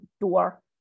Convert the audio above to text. door